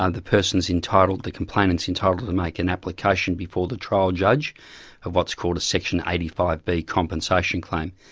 ah the person's entitled, the complainant's entitled to make an application before the trial judge of what's called a section eighty five b compensation claim.